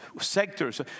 sectors